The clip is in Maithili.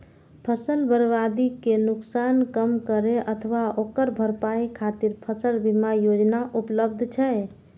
फसल बर्बादी के नुकसान कम करै अथवा ओकर भरपाई खातिर फसल बीमा योजना उपलब्ध छै